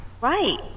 right